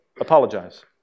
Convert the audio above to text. apologize